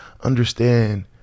understand